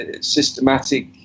systematic